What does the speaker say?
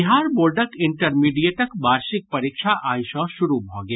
बिहार बोर्डक इंटरमीडिएटक वार्षिक परीक्षा आइ सँ शुरू भऽ गेल